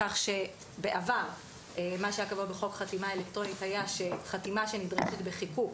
בעבר מה שהיה קבוע בחוק חתימה אלקטרונית היה שחתימה שנדרשת בחיקוק,